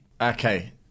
Okay